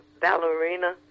ballerina